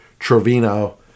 Trevino